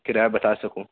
کرایہ بتا سکوں